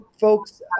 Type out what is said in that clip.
folks